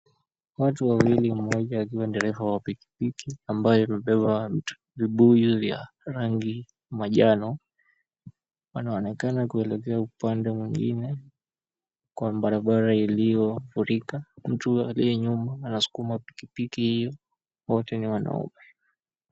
Watu wawili, mmoja akiwa dereva wa pikipiki ambaye amebeba vibuyu vya rangi manjano. Wanaonekana kuelekea upande mwingine kwa barabara iliyofurika. Mtu aliye nyuma anasukuma pikipiki hiyo. Wote ni wanaume.